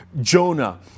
Jonah